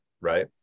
right